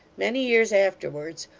many years afterwards,